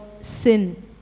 sin